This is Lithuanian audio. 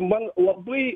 man labai